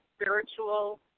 spiritual